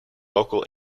local